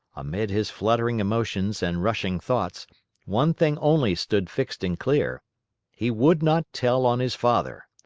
amid his fluttering emotions and rushing thoughts one thing only stood fixed and clear he would not tell on his father.